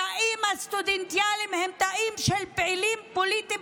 התאים הסטודנטיאליים הם תאים של פעילים פוליטיים,